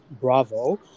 bravo